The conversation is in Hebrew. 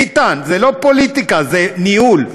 ביטן, זה לא פוליטיקה, זה ניהול.